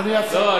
תקרא, תקרא.